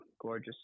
gorgeous